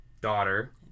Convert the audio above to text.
daughter